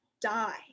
die